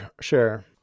sure